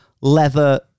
leather